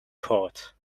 coat